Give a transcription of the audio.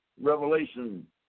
Revelation